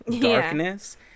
darkness